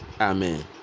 Amen